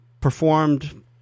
performed